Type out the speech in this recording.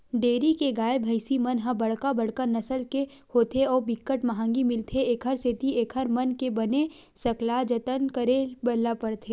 dairy के गाय, भइसी मन ह बड़का बड़का नसल के होथे अउ बिकट महंगी मिलथे, एखर सेती एकर मन के बने सकला जतन करे ल परथे